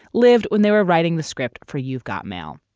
lived when they were writing the script for you've got mail.